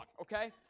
okay